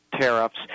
Tariffs